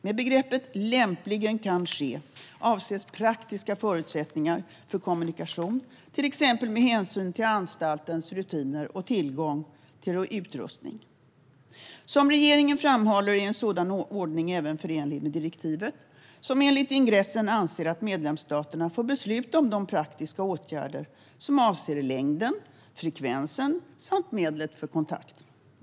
Med begreppet "lämpligen kan ske" avses praktiska förutsättningar för kommunikation, till exempel med hänsyn till anstaltens rutiner och tillgång till utrustning. Som regeringen framhåller är en sådan ordning även förenlig med direktivet, där det i ingressen står att medlemsstaterna får besluta om de praktiska åtgärder som avser längden, frekvensen samt medlet för kontakt.